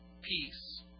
peace